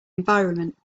environment